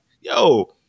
Yo